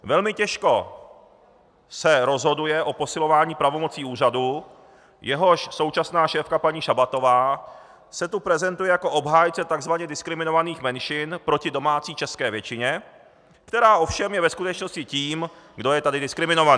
Velmi těžko se rozhoduje o posilování pravomocí úřadu, jehož současná šéfka paní Šabatová se tu prezentuje jako obhájce takzvaně diskriminovaných menšin proti domácí české většině, která je ovšem ve skutečnosti tím, kdo je tady diskriminovaný.